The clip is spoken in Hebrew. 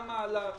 היה מהלך